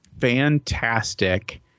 Fantastic